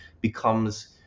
becomes